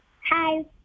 Hi